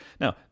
Now